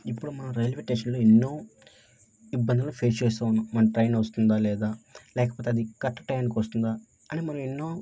ఇప్పుడు మన రైల్వే స్టేషన్లో ఎన్నో ఇబ్బందులను ఫేస్ చేస్తూ ఉన్నాం మన ట్రైన్ వస్తుందా లేదా లేకపోతే అది కరెక్ట్ టయానికి వస్తుందా అని మనం ఎన్నో